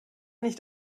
nicht